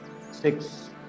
Six